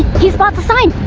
he spots the sign!